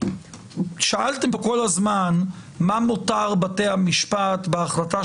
שאלתם כאן כל הזמן מה מותר בתי המשפט בהחלטה